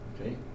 Okay